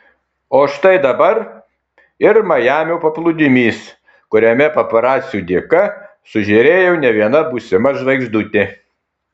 o štai dabar ir majamio paplūdimys kuriame paparacių dėka sužėrėjo ne viena būsima žvaigždutė